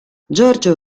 giorgio